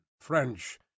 french